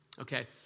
okay